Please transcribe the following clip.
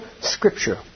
scripture